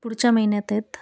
पुढच्या महिन्यात आहेत